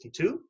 1962